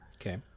Okay